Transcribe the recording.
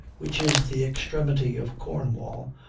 which is the extremity of cornwall,